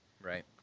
Right